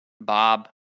Bob